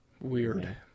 Weird